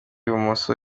bumoso